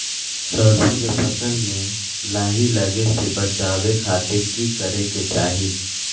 सरसों के फसल में लाही लगे से बचावे खातिर की करे के चाही?